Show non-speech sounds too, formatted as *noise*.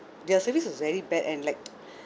their service is very bad and like *noise* *breath*